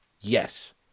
Yes